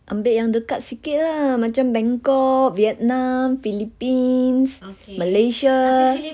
ambil yang dekat sikit lah macam bangkok vietnam philippines malaysia